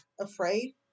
afraid